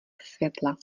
světla